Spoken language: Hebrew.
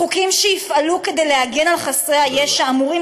חוקים שיפעלו כדי להגן על חסרי הישע אמורים